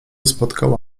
spotkał